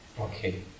Okay